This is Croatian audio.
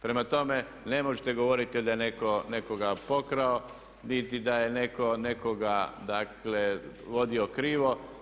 Prema tome, ne možete govoriti da je netko nekoga pokrao niti da je netko nekoga, dakle vodio krivo.